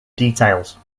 details